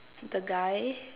the guy